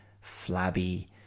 flabby